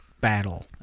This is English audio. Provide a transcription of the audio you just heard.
battle